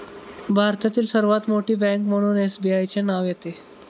भारतातील सर्वात मोठी बँक म्हणून एसबीआयचे नाव येते